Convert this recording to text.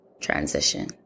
transition